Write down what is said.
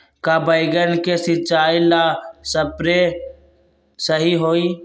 का बैगन के सिचाई ला सप्रे सही होई?